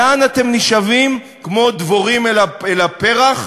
לאן אתם נשאבים כמו דבורים אל הפרח?